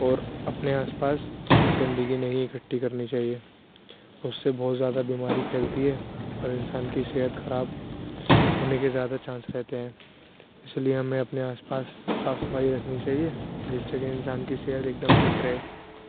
اور اپنے آس پاس گندگی نہیں اکٹھی کرنی چاہیے اس سے بہت زیادہ بیماری پھیلتی ہے اور انسان کی صحت خراب ہونے کے زیادہ چانس رہتے ہیں اس لیے ہمیں اپنے آس پاس صاف صفائی رکھنی چاہیے جس سے کہ انسان کی صحت ایک دم ٹھیک رہے